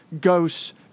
ghosts